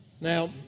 Now